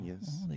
Yes